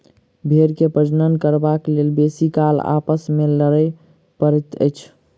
भेंड़ के प्रजनन करबाक लेल बेसी काल आपस मे लड़य पड़ैत छै